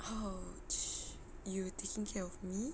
!ouch! you taking care of me